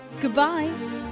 Goodbye